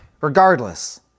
Regardless